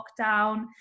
lockdown